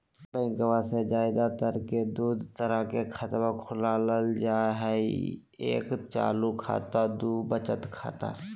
बैंकवा मे ज्यादा तर के दूध तरह के खातवा खोलल जाय हई एक चालू खाता दू वचत खाता